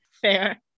Fair